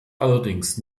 allerdings